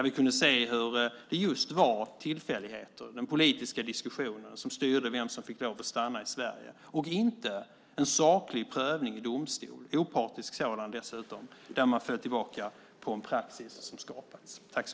Vi kunde se hur det just var tillfälligheter och den politiska diskussionen som styrde vem som fick stanna i Sverige och inte en saklig, opartisk prövning i domstol där man får tillbaka en praxis som skapas.